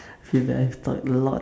feel that I've talked a lot